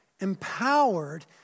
empowered